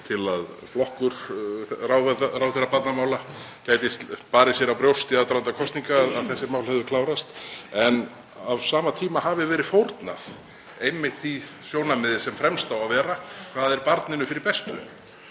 til að flokkur ráðherra barnamála gæti barið sér á brjóst í aðdraganda kosninga og sagt að þessi mál hefðu klárast. Á sama tíma hefði verið fórnað einmitt því sjónarmiði sem fremst á að vera; hvað er barninu fyrir bestu.